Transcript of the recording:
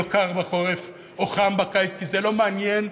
קר בחורף או חם בקיץ כי זה לא מעניין.